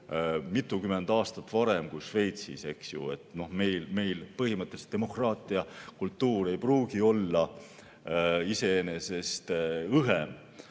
mitukümmend aastat varem kui Šveitsis. Seega, meil põhimõtteliselt demokraatiakultuur ei pruugi olla iseenesest õhem.